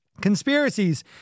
conspiracies